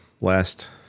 last